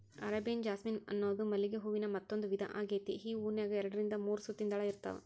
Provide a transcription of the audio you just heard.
Arabian jasmine ಅನ್ನೋದು ಮಲ್ಲಿಗೆ ಹೂವಿನ ಮತ್ತಂದೂ ವಿಧಾ ಆಗೇತಿ, ಈ ಹೂನ್ಯಾಗ ಎರಡರಿಂದ ಮೂರು ಸುತ್ತಿನ ದಳ ಇರ್ತಾವ